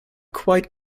quite